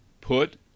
Put